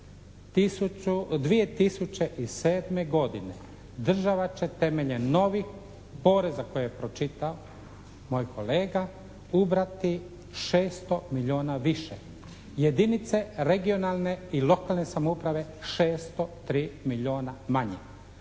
2007. godine država će temeljem novih poreza koje je pročitao moj kolega ubrati 600 milijuna više. Jedinice regionalne i lokalne samouprave 603 milijuna manje.